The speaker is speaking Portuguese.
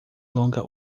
longa